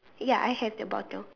ya I have the bottle